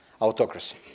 autocracy